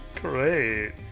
Great